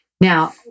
Now